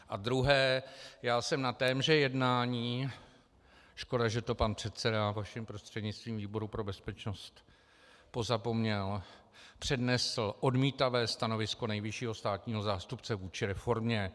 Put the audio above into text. A druhé, já jsem na tomtéž jednání škoda, že to pan předseda, vaším prostřednictvím, výboru pro bezpečnost pozapomněl přednesl odmítavé stanovisko nejvyššího státního zástupce vůči reformě.